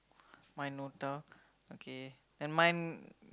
mine no tell okay then mine